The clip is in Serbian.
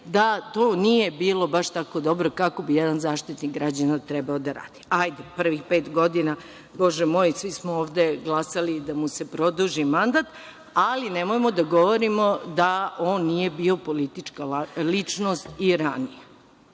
da to nije bilo baš tako dobro kako bi jedan Zaštitnik građana trebao da radi. Hajde, prvih pet godina, bože moj, svi smo ovde glasali da mu se produži mandat, ali nemojmo da govorimo da on nije bio politička ličnost i ranije. Ovde